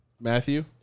Matthew